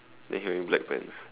then he wearing black pants